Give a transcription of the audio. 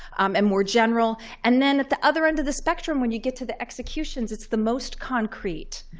um and more general. and then, at the other end of the spectrum, when you get to the executions, it's the most concrete.